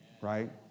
right